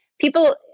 people –